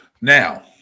now